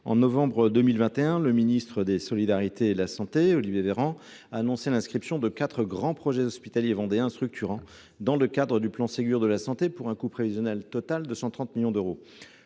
de novembre 2021, le ministre des solidarités et de la santé Olivier Véran a annoncé l’inscription de quatre grands projets hospitaliers vendéens structurants dans le cadre du Ségur de la santé, pour un coût prévisionnel total de 130 millions d’euros.